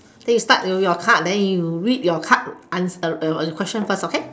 then you start with your card then you read your card ans~ question first okay